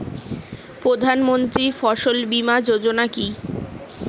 প্রধানমন্ত্রী ফসল বীমা যোজনা কি?